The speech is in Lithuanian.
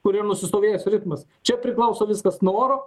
kur jau nusistovėjęs ritmas čia priklauso viskas nuo oro